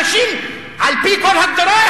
אנשים שעל-פי כל הגדרה,